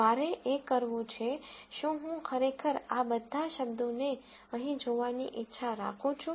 મારે એ કરવું છે શું હું ખરેખર આ બધા શબ્દોને અહીં જોવાની ઇચ્છા રાખું છું